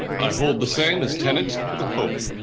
i hold the same as tenant to the pope,